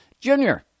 Junior